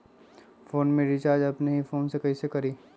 Phone में recharge अपने ही फ़ोन से कईसे करी?